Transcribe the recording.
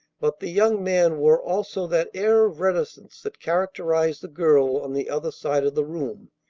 but the young man wore also that air of reticence that characterized the girl on the other side of the room,